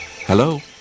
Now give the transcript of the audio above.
Hello